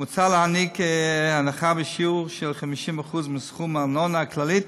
מוצע להעניק הנחה בשיעור 50% מסכום הארנונה הכללית,